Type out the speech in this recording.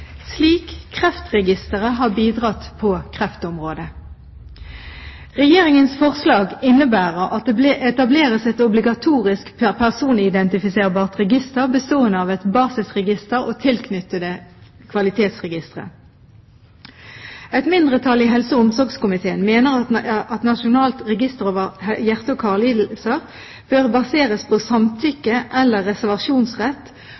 slik Kreftregisteret har bidratt til på kreftområdet. Regjeringens forslag innebærer at det etableres et obligatorisk personidentifiserbart register bestående av et basisregister og tilknyttede kvalitetsregistre. Et mindretall i helse- og omsorgskomiteen mener at et nasjonalt register over hjerte- og karlidelser bør baseres på